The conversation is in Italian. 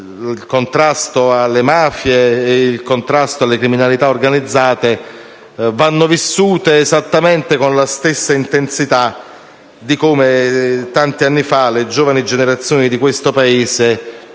il contrasto alle mafie e alle criminalità organizzate debba essere vissuto esattamente con la stessa intensità con cui tanti anni fa le giovani generazioni di questo Paese